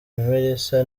melissa